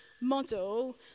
model